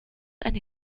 eine